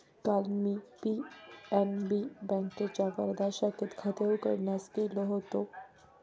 काल मी पी.एन.बी बँकेच्या वर्धा शाखेत खाते उघडण्यास गेलो होतो